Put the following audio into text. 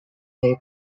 they